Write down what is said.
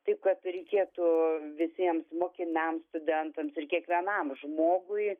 taip kad reikėtų visiems mokiniams studentams ir kiekvienam žmogui